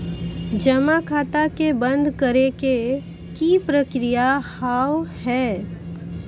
जमा खाता के बंद करे के की प्रक्रिया हाव हाय?